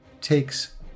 takes